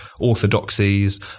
orthodoxies